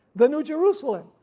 the new jerusalem,